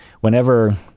Whenever